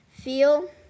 feel